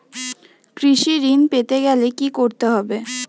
কৃষি ঋণ পেতে গেলে কি করতে হবে?